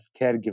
caregivers